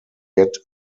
yet